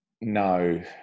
No